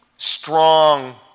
Strong